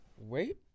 Wait